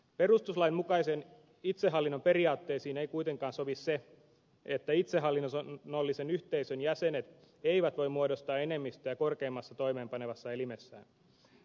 perustuslain mukaisen itsehallinnon periaatteisiin ei kuitenkaan sovi se että itsehallinnollisen yhteisön jäsenet eivät voi muodostaa enemmistöä korkeimmassa toimeenpanevassa elimessään